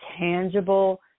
tangible